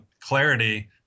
clarity